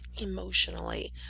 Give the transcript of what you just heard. emotionally